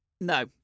No